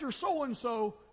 so-and-so